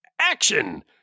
action